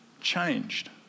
changed